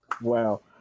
wow